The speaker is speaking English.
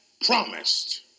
promised